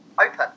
Open